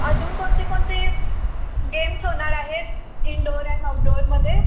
अजून कोणते कोणते गेम्स होणार आहेत इनडोअर अँड आऊटडोअरमध्ये